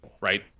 right